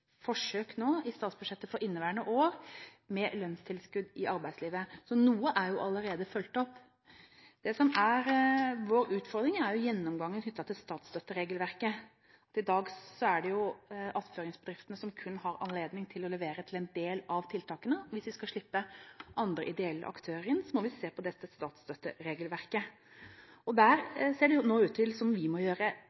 forsøk nå, i statsbudsjettet for inneværende år, med lønnstilskudd i arbeidslivet. Så noe er jo allerede fulgt opp. Det som er vår utfordring, er gjennomgangen knyttet til statsstøtteregelverket. I dag er det jo attføringsbedriftene som kun har anledning til å levere til en del av tiltakene. Hvis vi skal slippe andre ideelle aktører inn, må vi se på dette statsstøtteregelverket. Der